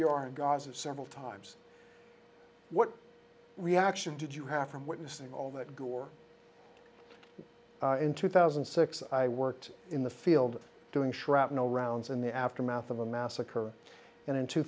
gaza several times what reaction did you have from witnessing all that gore in two thousand and six i worked in the field doing shrapnel rounds in the aftermath of a massacre and in two